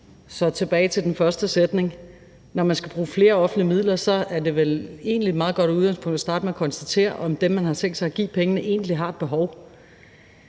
vi tilbage ved den første sætning: Når man skal bruge flere offentlige midler, så er det vel egentlig et meget godt udgangspunkt at starte med at konstatere, om dem, man har tænkt sig at give pengene, egentlig har et behov.